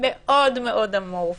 מאוד אמורפי.